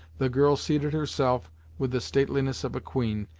the girl seated herself with the stateliness of a queen,